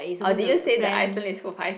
orh did you say the Iceland is full of ice